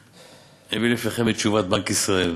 אביא לפניכם את תשובת בנק ישראל: